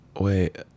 Wait